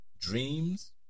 dreams